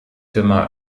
firma